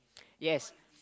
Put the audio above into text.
yes